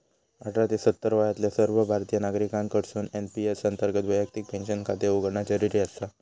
अठरा ते सत्तर वयातल्या सर्व भारतीय नागरिकांकडसून एन.पी.एस अंतर्गत वैयक्तिक पेन्शन खाते उघडणा जरुरी आसा